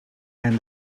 and